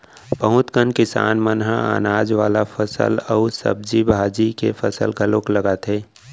बहुत कन किसान मन ह अनाज वाला फसल अउ सब्जी भाजी के फसल घलोक लगाथे